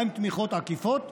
מהן תמיכות עקיפות?